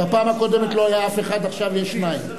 בפעם הקודמת לא היה אף אחד, עכשיו יש שניים.